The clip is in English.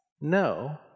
no